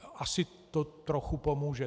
Asi to trochu pomůže.